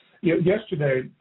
Yesterday